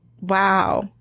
Wow